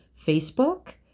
facebook